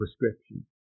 prescription